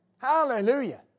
Hallelujah